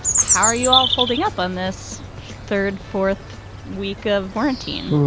how are you all holding up on this third, fourth week of quarantine?